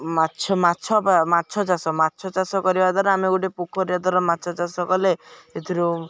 ମାଛ ମାଛ ମାଛ ଚାଷ ମାଛ ଚାଷ କରିବା ଦ୍ୱାରା ଆମେ ଗୋଟେ ପୋଖରୀ ଦ୍ୱାରା ମାଛ ଚାଷ କଲେ ଏଥିରୁ